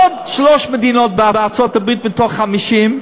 ועוד שלוש מדינות בארצות-הברית מתוך 50,